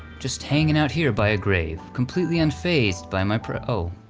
just hanging out here by a grave completely unfazed by my pr ah oh,